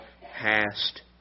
hast